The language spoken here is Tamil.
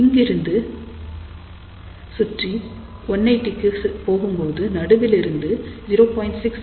இங்கிருந்து சுற்றி 180 இக்கு போகும்போது நடுவிலிருந்து 0